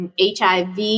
HIV